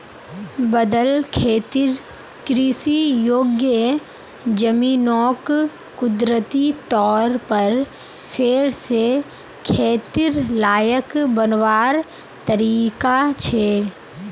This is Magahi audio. बदल खेतिर कृषि योग्य ज़मीनोक कुदरती तौर पर फेर से खेतिर लायक बनवार तरीका छे